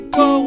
go